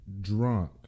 drunk